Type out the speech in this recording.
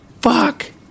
Fuck